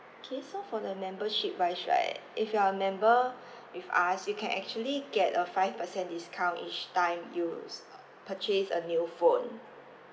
okay so for the membership wise right if you're a member with us you can actually get a five percent discount each time you purchase a new phone